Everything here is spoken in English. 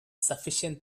sufficient